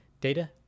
data